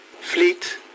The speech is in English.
fleet